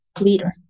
leader